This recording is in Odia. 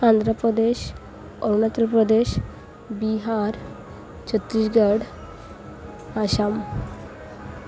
ଆନ୍ଧ୍ରପ୍ରଦେଶ ଅରୁଣାଚଳ ପ୍ରଦେଶ ବିହାର ଛତିଶଗଡ଼ ଆସାମ